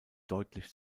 deutlich